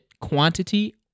quantity